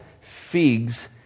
figs